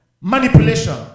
manipulation